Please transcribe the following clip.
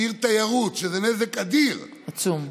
שהיא עיר תיירות, שזה נזק אדיר, עצום.